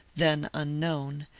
then unknown,